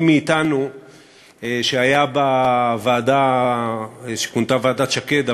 מי מאתנו שהיה בוועדה שכונתה ועדת שקד,